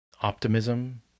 Optimism